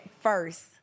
first